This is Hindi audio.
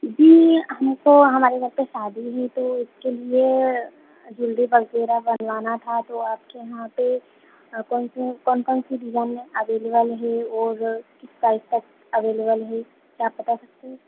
जी हमको हमारे घर पे शादी है तो उसके लिए ज्वेलरी वगेरह बनवाना था तो आपके यहाँ पर कौन सी कौन कौन सी डिजाइने अवेलेबल हैं और किस प्राइस तक अवेलेबल है क्या आप बता सकते हैं